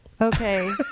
Okay